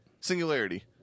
Singularity